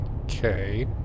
Okay